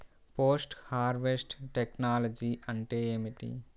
Post harvest technology అంటే ఏమిటి?